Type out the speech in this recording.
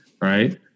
right